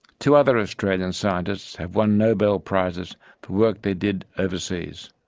two other australian scientists have won nobel prizes for work they did overseas.